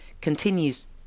continues